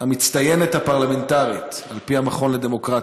המצטיינת הפרלמנטרית על-פי המכון לדמוקרטיה.